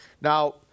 Now